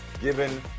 given